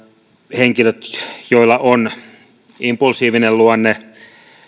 henkilöt joilla on impulsiivinen luonne